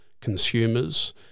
consumers